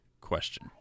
question